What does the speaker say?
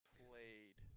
played